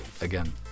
again